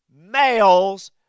males